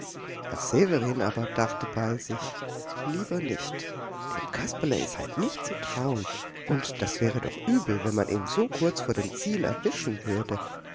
herr severin aber dachte bei sich lieber nicht dem kasperle ist halt nicht zu trauen und das wäre doch übel wenn man ihn so kurz vor dem ziel erwischen würde